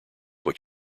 what